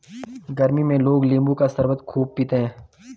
गरमी में लोग नींबू का शरबत खूब पीते है